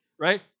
Right